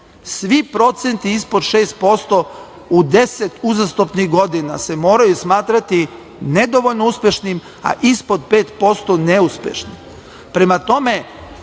Svi procenti ispod 6% u deset uzastopnih godina se moraju smatrati nedovoljno uspešnim a ispod 5% neuspešni. Prema